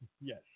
Yes